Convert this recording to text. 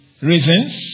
reasons